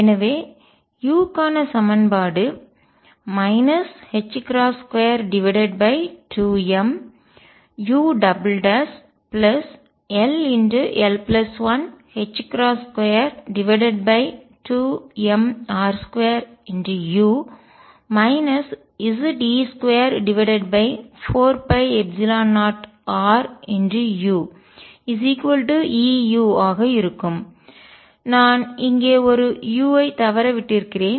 எனவே u க்கான சமன்பாடு 22mull122mr2u Ze24π0ruEu ஆக இருக்கும் நான் இங்கே ஒரு u ஐ தவற விட்டிருக்கிறேன்